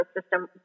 system